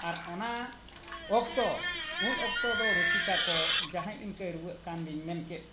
ᱟᱨ ᱚᱱᱟ ᱚᱠᱛᱚ ᱩᱱ ᱚᱠᱛᱚ ᱫᱚ ᱨᱩᱥᱤᱠᱟ ᱠᱚ ᱡᱟᱦᱟᱸᱭ ᱤᱱᱠᱟᱹᱭ ᱨᱩᱭᱟᱹᱜ ᱠᱟᱱ ᱞᱤᱧ ᱢᱮᱱ ᱠᱮᱫ